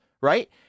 right